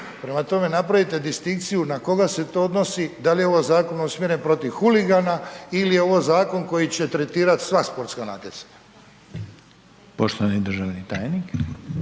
Prema tome, napravite distinkciju na koga se to odnosi, da li je ovo zakon usmjeren protiv huligana ili je ovo zakon koji će tretirati sva sportska natjecanja. **Reiner,